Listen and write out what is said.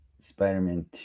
spider-man